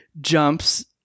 jumps